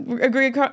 agree